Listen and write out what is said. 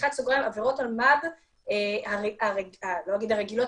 פתיחת סוגריים: עבירות אלמ"ב אני לא אגיד הרגילות,